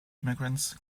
immigrants